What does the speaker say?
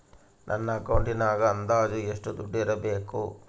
ನನ್ನ ಅಕೌಂಟಿನಾಗ ಅಂದಾಜು ಎಷ್ಟು ದುಡ್ಡು ಇಡಬೇಕಾ?